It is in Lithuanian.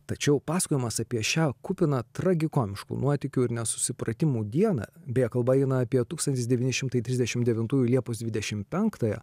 tačiau pasakojimas apie šią kupiną tragikomiškų nuotykių ir nesusipratimų dieną beje kalba eina apie tūkstantis devyni šimtai trisdešimt devintųjų liepos dvidešimt penktąją